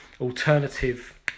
alternative